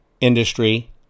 industry